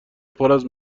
پراز